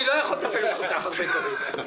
אני לא יכול לטפל בכל כך הרבה דברים.